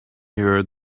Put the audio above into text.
heard